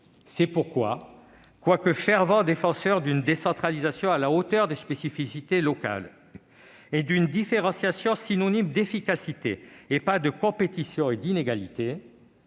C'est pourquoi, quoique fervent défenseur d'une décentralisation à la hauteur des spécificités locales et d'une différenciation synonyme d'efficacité et non de compétition et d'inégalités,